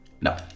No